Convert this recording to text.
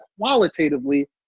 qualitatively